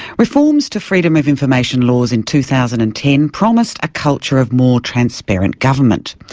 reforms to freedom of information laws in two thousand and ten promised a culture of more transparent government,